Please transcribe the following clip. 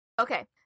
Okay